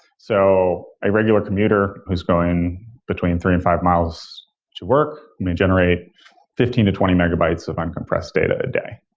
so a regular commuter who's going between three and five miles to work may generate fifteen to twenty megabytes of uncompressed data a day.